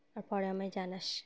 আর পরে আমায় জানাস